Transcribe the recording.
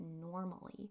normally